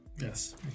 Yes